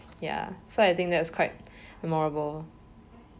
ya so I think that is quite memorable